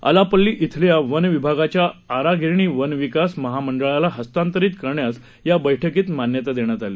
आलापल्ली इथल्या वन विभागाच्या आरागिरणी वन विकास महामंडळाला हस्तांतरित करण्यास या बैठकीत मान्यता देण्यात आली